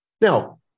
Now